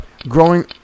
growing